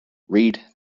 read